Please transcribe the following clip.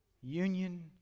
Union